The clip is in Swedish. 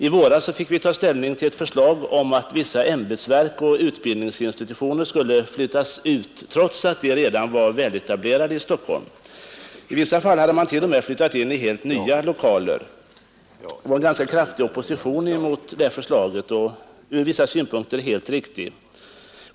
I våras fick vi ta ställning till ett förslag att vissa ämbetsverk och utbildningsinstitutioner skulle flyttas ut, trots att de var väletablerade i Stockholm. I vissa fall hade man t.o.m. flyttat in i helt nya lokaler. Det var en ganska kraftig och ur vissa synpunkter helt riktig opposition mot detta förslag.